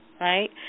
right